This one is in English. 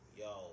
yo